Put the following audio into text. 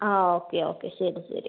ആ okay okay ശരി ശരി